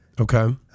Okay